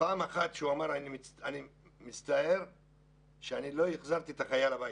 הוא אמר אני מצטער שלא החזרתי את החייל הביתה.